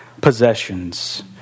possessions